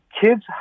kids